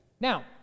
Now